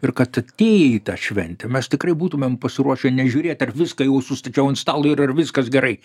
ir kad atėję į tą šventę mes tikrai būtumėm pasiruošę nežiūrėt ar viską jau sustačiau ant stalo ir ar viskas gerai